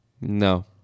no